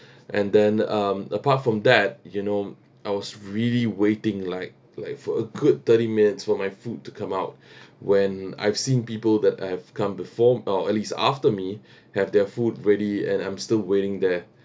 and then um apart from that you know I was really waiting like like for a good thirty minutes for my food to come out when I've seen people that I've come before or at least after me have their food ready and I'm still waiting there